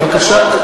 בבקשה.